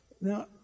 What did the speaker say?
Now